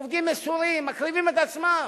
עובדים מסורים, מקריבים את עצמם,